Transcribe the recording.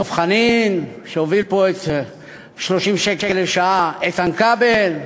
דב חנין, שהוביל פה את 30 השקל לשעה, איתן כבל,